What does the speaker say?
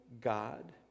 God